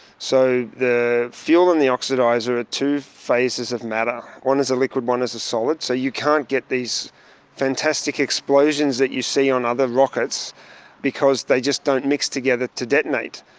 so the fuel and the oxidiser are two phases of matter. one is a liquid, one is a solid. so you can't get these fantastic explosions that you see on other rockets because they just don't mix together to detonate.